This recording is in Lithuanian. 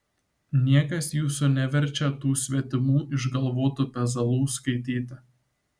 niekas jūsų neverčia tų svetimų išgalvotų pezalų skaityti